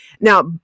Now